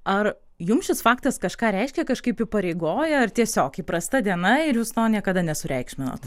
ar jum šis faktas kažką reiškia kažkaip įpareigoja ar tiesiog įprasta diena ir jūs to niekada nesureikšminot